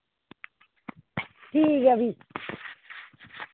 ठीक ऐ फ्ही